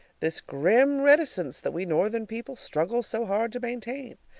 this grim reticence that we northern people struggle so hard to maintain!